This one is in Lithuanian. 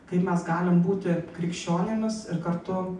kai mes galim būti krikščionimis ir kartu